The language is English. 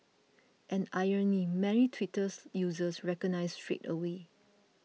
an irony many Twitters users recognised straight away